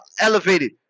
elevated